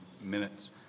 minutes